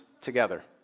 together